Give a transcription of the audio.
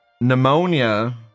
pneumonia